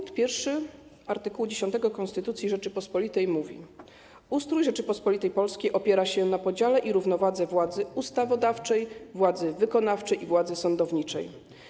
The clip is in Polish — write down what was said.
Ust. 1 art. 10 Konstytucji Rzeczypospolitej mówi: Ustrój Rzeczypospolitej Polskiej opiera się na podziale i równowadze władzy ustawodawczej, władzy wykonawczej i władzy sądowniczej.